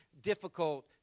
difficult